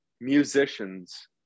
musicians